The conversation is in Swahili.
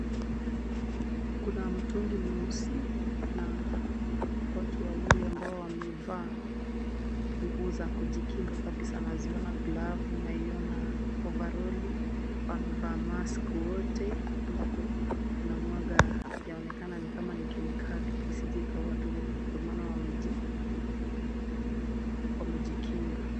Kuna mtungi mweusi na watu wawili ambao wamevaa nguo za kujikinga kabisa. Naziona glavu, naiona ovaroli, wamevaa mask wote. Ambapo wanamwaga yaonekana ni kama ni kemikali isije ikawadhuru ndio maana wamejikinga.